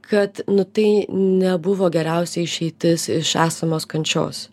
kad nu tai nebuvo geriausia išeitis iš esamos kančios